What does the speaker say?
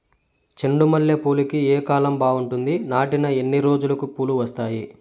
చెండు మల్లె పూలుకి ఏ కాలం బావుంటుంది? నాటిన ఎన్ని రోజులకు పూలు వస్తాయి?